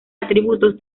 atributos